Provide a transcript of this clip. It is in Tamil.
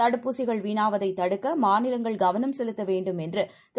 தடுப்பூசிகள்வீணாவதைத்தடுக்கமாநிலஅரசுகள்கவனம்செலுத்தவேண்டும்எ ன்றுதிரு